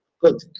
Good